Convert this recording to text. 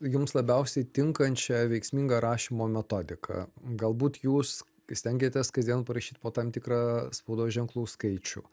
jums labiausiai tinkančią veiksmingą rašymo metodiką galbūt jūs stengiatės kasdien parašyt po tam tikrą spaudos ženklų skaičių